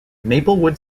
maplewood